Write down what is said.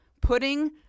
putting